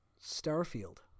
Starfield